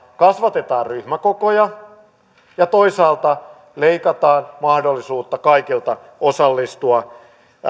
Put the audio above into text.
kasvatetaan ryhmäkokoja ja toisaalta leikataan mahdollisuutta kaikilta osallistua